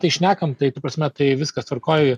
tai šnekam tai ta prasme tai viskas tvarkoj